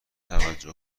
توجه